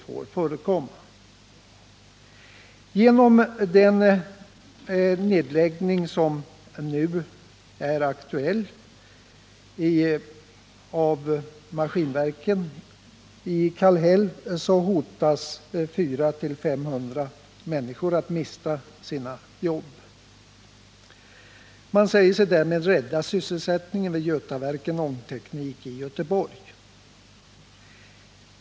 Genom den nedläggning som nu är aktuell av Maskinverken i Kallhäll står 400 å 500 människor inför hotet att mista sina jobb. Man säger sig därmed rädda sysselsättningen vid Götaverken Ångteknik i Göteborg.